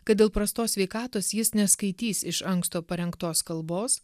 kad dėl prastos sveikatos jis neskaitys iš anksto parengtos kalbos